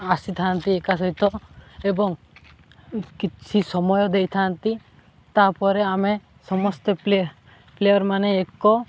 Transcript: ଆସିଥାନ୍ତି ଏକା ସହିତ ଏବଂ କିଛି ସମୟ ଦେଇଥାନ୍ତି ତାପରେ ଆମେ ସମସ୍ତେ ପ୍ଲେ ପ୍ଲେୟର୍ମାନେ ଏକ